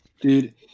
Dude